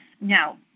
Now